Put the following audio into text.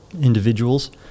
individuals